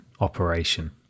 operation